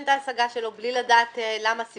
את ההשגה שלו בלי לדעת למה סילקו אותו?